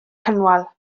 cynwal